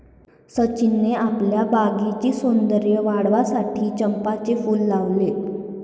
सचिनने आपल्या बागेतील सौंदर्य वाढविण्यासाठी चंपाचे फूल लावले